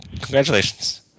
congratulations